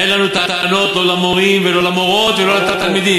אין לנו טענות, לא למורים ולא למורות ולא תלמידים.